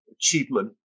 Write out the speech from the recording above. achievement